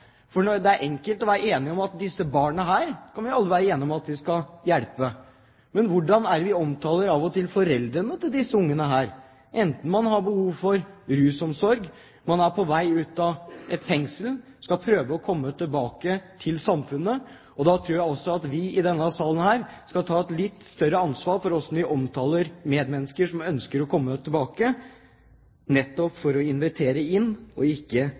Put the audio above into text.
Det er enkelt å være enige om at vi skal hjelpe disse barna. Men hvordan er det vi av og til omtaler foreldrene til disse barna, enten de har behov for rusomsorg, er på vei ut av fengsel og skal prøve å komme tilbake til samfunnet? Jeg tror vi i denne salen skal ta et litt større ansvar for hvordan vi omtaler medmennesker som ønsker å komme tilbake, nettopp ved å invitere inn, ikke